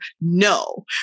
No